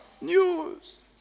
News